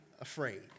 afraid